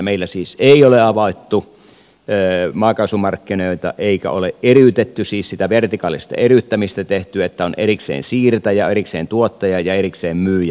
meillä siis ei ole avattu maakaasumarkkinoita eikä ole eriytetty siis sitä vertikaalista eriyttämistä tehty että on erikseen siirtäjä ja erikseen tuottaja ja erikseen myyjä